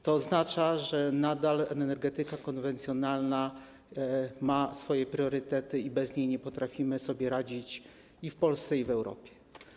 To oznacza, że nadal energetyka konwencjonalna ma swoje priorytety i bez niej nie potrafimy sobie radzić i w Polsce, i w Europie.